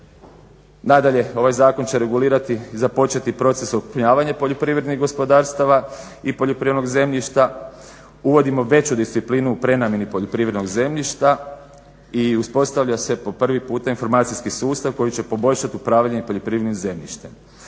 Nadalje, ovaj Zakon će regulirati i započeti proces okrupnjavanja poljoprivrednih gospodarstava i poljoprivrednog zemljišta. Uvodimo veću disciplinu u prenamjeni poljoprivrednog zemljišta. I uspostavlja se po prvi puta informacijski sustav koji će poboljšati upravljanje poljoprivrednim zemljištem.